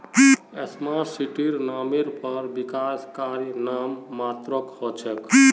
smart सिटीर नामेर पर विकास कार्य नाम मात्रेर हो छेक